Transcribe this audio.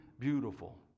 beautiful